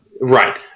Right